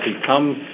become